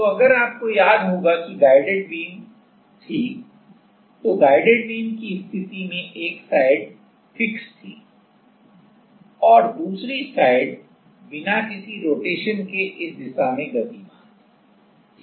तो अगर आपको याद है कि गाइडेड बीम थी तो गाइडेड बीम की स्थिति में एक साइड फिक्स थी और दूसरी साइड बिना किसी रोटेशन के इस दिशा में गतिमान थी